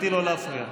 גברתי, לא להפריע.